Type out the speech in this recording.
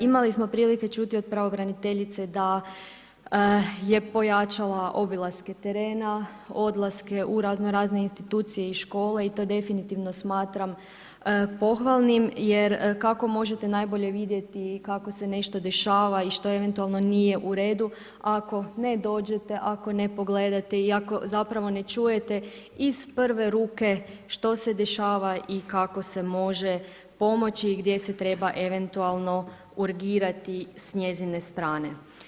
Imali smo prilike čuti od pravobraniteljice da je pojačala obilaske terena, odlaske u razno razne institucije i škole i to definitivno smatram pohvalnim jer kako možete najbolje vidjeti kako se nešto dešava i što eventualno nije u redu ako ne dođete, ako ne pogledate i ako zapravo ne čujete iz prve ruke što se dešava i kako se može pomoći i gdje se treba eventualno urgirati s njezine strane.